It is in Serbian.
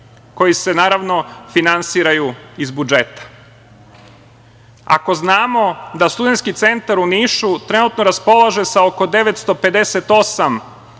koji se naravno finansiraju iz budžeta. Ako znamo da studenski centar, u Nišu, trenutno raspolaže sa oko 958